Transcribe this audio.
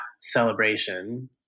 celebration